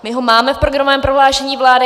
My ho máme v programovém prohlášení vlády.